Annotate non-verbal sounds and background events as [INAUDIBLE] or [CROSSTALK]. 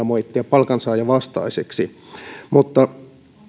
[UNINTELLIGIBLE] moittia palkansaajavastaisiksi mutta